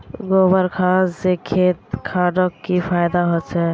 गोबर खान से खेत खानोक की फायदा होछै?